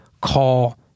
call